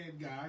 guy